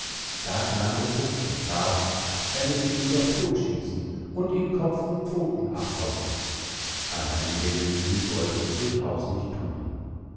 da kam der fuchs und bat er möchte ihn doch todtschießen und ihm kopf und pfoten abhauen allein der jüngling wollte es durchaus nicht thun